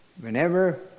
whenever